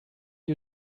you